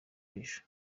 w’ejo